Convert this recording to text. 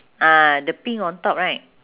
ah the pink on top right